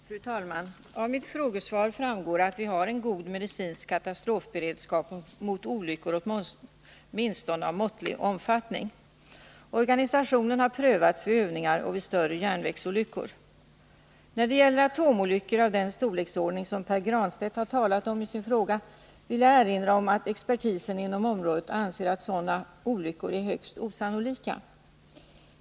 Fru talman! Av mitt frågesvar framgår att vi har en god medicinsk katastrofberedskap, åtminstone mot olyckor av måttlig omfattning. Organisationen har prövats vid övningar och vid större järnvägsolyckor. När det gäller atomolyckor av den storleksordning som Pär Granstedt har talat om i sin fråga vill jag erinra om att expertisen inom området anser att sådana olyckor är högst osannolika.